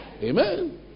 Amen